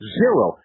zero